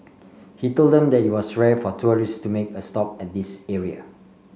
he told them that it was rare for tourist to make a stop at this area